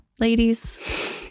ladies